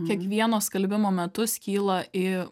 kiekvieno skalbimo metu skyla į